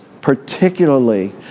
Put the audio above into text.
particularly